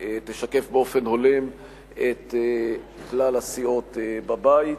ותשקף באופן הולם את כלל הסיעות בבית.